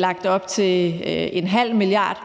lagt op til 0,5 mia.